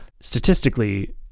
statistically